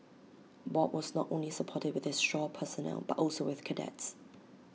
bob was not only supportive with his shore personnel but also with cadets